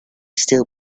still